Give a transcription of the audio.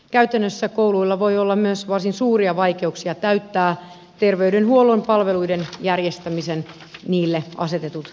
käytännössä kouluilla voi olla myös varsin suuria vaikeuksia täyttää niille asetetut terveydenhuollon palveluiden järjestämisen edellytykset